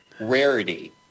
rarity